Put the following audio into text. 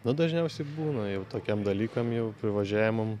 na dažniausiai būna jau tokiem dalykam jau privažiavimam